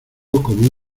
como